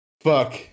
Fuck